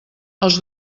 els